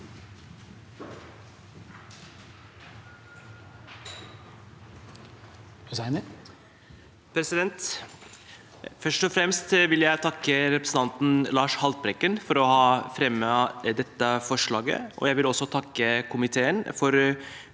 Først og fremst vil jeg takke representanten Lars Haltbrekken for å ha fremmet dette forslaget. Jeg vil også takke komiteen for